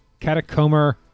catacomber